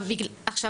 זה